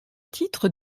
titre